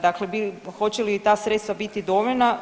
Dakle hoće li ta sredstva biti dovoljna?